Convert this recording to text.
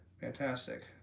Fantastic